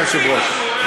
אדוני היושב-ראש,